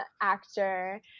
actor